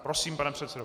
Prosím, pane předsedo.